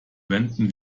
wenden